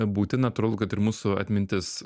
būti natūralu kad ir mūsų atmintis